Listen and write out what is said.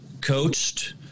coached